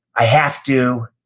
i have to,